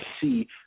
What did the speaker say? see